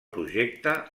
projecte